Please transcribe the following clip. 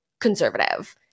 conservative